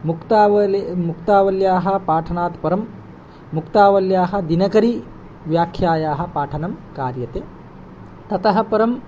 मुक्तावली मुक्तावल्याः पाठनात्परं मुक्तावल्याः दिनकरीव्याख्यायाः पाठनं कार्यते ततः परं